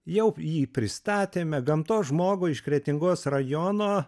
jau jį pristatėme gamtos žmogų iš kretingos rajono